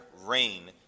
rain